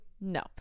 No